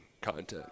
content